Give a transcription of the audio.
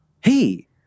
hey